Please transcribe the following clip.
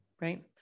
right